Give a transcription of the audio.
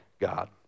God